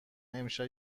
امشب